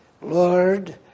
Lord